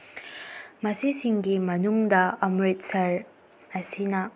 ꯃꯁꯤꯁꯤꯡꯒꯤ ꯃꯅꯨꯡꯗ ꯑꯃ꯭ꯔꯤꯠꯁꯍꯔ ꯑꯁꯤꯅ